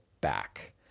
back